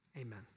Amen